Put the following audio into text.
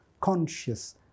conscious